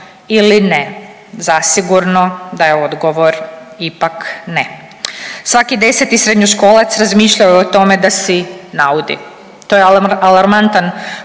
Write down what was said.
ili ne? Zasigurno da je odgovor ipak ne. Svaki deseti srednjoškolac razmišljao je o tome da si naudi, to je alarmantan